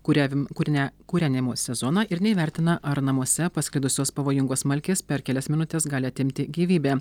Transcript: kurevim kurne kūrenimo sezoną ir neįvertina ar namuose pasklidusios pavojingos smalkės per kelias minutes gali atimti gyvybę